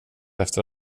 efter